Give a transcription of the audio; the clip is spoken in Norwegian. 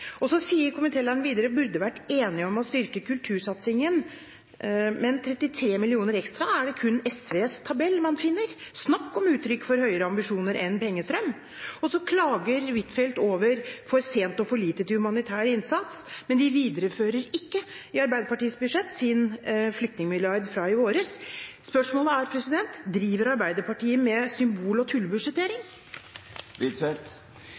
Og så klager representanten Huitfeldt over for sen og for lite til humanitær innsats, men i Arbeiderpartiets budsjett videreføres ikke flyktningemilliarden fra i vår. Spørsmålet er: Driver Arbeiderpartiet med symbol- og